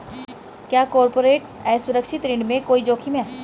क्या कॉर्पोरेट असुरक्षित ऋण में कोई जोखिम है?